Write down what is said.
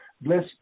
bless